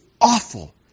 awful